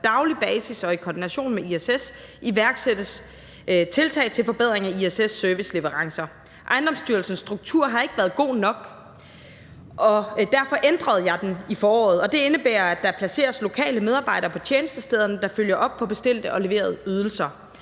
daglig basis og i koordination med ISS iværksættes tiltag til forbedring af ISS' serviceleverancer. Ejendomsstyrelsens struktur har ikke været god nok, og derfor ændrede jeg den i foråret. Det indebærer, at der placeres lokale medarbejdere på tjenestestederne, der følger op på bestilte og leverede ydelser.